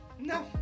No